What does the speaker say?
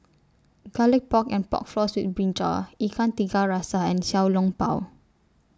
Garlic Pork and Pork Floss with Brinjal Ikan Tiga Rasa and Xiao Long Bao